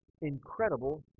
incredible